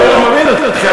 חבר'ה, אני לא מבין אתכם.